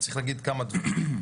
צריך להגיד כמה דברים.